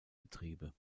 betriebe